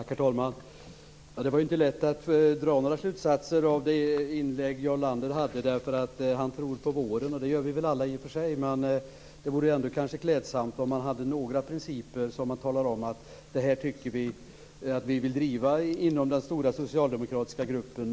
Herr talman! Det var inte lätt att dra några slutsatser av Jarl Landers inlägg. Han tror på våren, och det gör vi väl alla. Men det vore klädsamt om han hade några principer och kunde tala om vad man vill driva inom den stora socialdemokratiska gruppen.